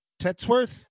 Tetsworth